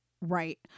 Right